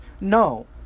no